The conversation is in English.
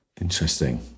Interesting